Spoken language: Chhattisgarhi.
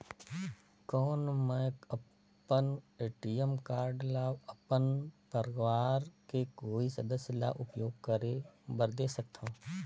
कौन मैं अपन ए.टी.एम कारड ल अपन परवार के कोई सदस्य ल उपयोग करे बर दे सकथव?